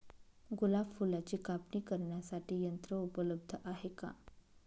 गुलाब फुलाची कापणी करण्यासाठी यंत्र उपलब्ध आहे का?